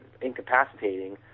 incapacitating